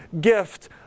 gift